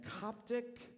Coptic